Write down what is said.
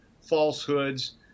falsehoods